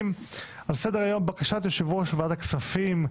על סדר היום בקשת יושב ראש ועדת הכספים,